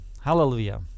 Hallelujah